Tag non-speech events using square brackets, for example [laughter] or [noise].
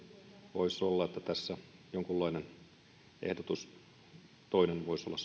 voisi olla että jonkunlainen toinen ehdotus voisi olla [unintelligible]